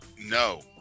No